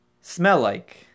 smell-like